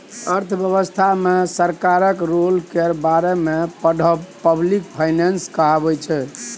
अर्थव्यवस्था मे सरकारक रोल केर बारे मे पढ़ब पब्लिक फाइनेंस कहाबै छै